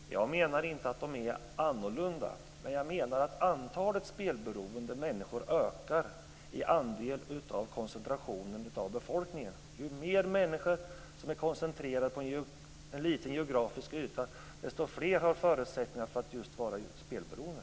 Fru talman! Jag menar inte att de är annorlunda, men jag menar att antalet spelberoende människor ökar med koncentrationen av befolkningen. Ju fler människor som är koncentrerade på en liten geografisk yta, desto fler har förutsättningar för att vara just spelberoende.